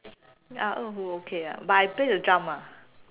ya 二胡 okay ah but I play the drum ah